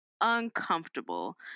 uncomfortable